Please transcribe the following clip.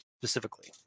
specifically